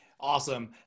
Awesome